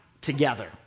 together